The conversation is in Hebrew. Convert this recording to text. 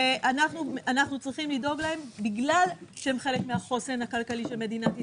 אנחנו צריכים לדאוג להם בגלל שהם חלק מהחוסן הכלכלי של מדינת ישראל.